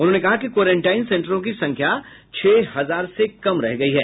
उन्होंने कहा कि क्वारेंटाइन सेंटरों की संख्या छह हजार से कम रह गयी है